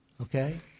okay